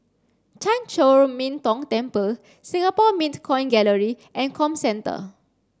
Chan Chor Min Tong Temple Singapore Mint Coin Gallery and Comcentre